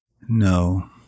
No